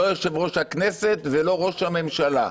לא יושב-ראש הכנסת ולא ראש הממשלה.